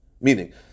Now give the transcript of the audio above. Meaning